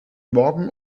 morgen